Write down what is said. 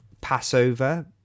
Passover